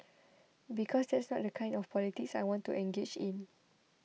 because that's not the kind of the politics I want to engage in